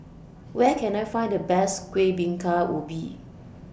Where Can I Find The Best Kueh Bingka Ubi